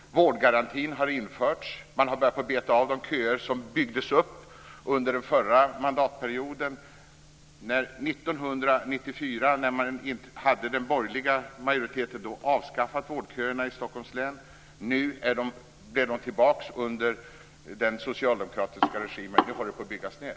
Vårdgarantin har införts; man har börjat beta av de köer som byggdes upp under den förra mandatperioden. År 1994, när man hade borgerlig majoritet, avskaffades vårdköerna i Stockholms län. Nu är de tillbaka under den socialdemokratiska regimen. Det håller på att brytas ned.